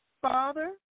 Father